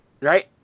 Right